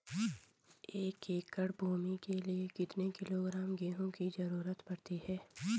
एक एकड़ भूमि के लिए कितने किलोग्राम गेहूँ की जरूरत पड़ती है?